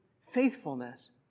faithfulness